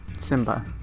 Simba